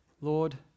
Lord